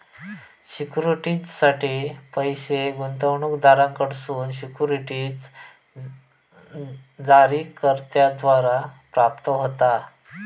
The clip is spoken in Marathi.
सिक्युरिटीजसाठी पैस गुंतवणूकदारांकडसून सिक्युरिटीज जारीकर्त्याद्वारा प्राप्त होता